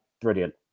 brilliant